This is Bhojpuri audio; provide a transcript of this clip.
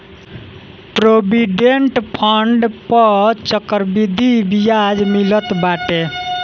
प्रोविडेंट फण्ड पअ चक्रवृद्धि बियाज मिलत बाटे